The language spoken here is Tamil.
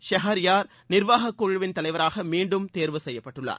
ஷெஹர்யார் நிர்வாக குழுவின் தலைவராக மீண்டும் தேர்வு செய்யப்பட்டுள்ளார்